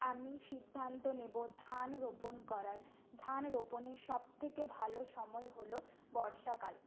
আমি সিদ্ধান্ত নেবো ধান রোপণ করার ধান রোপণের সব থেকে ভালো সময় হল বর্ষাকাল